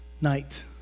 night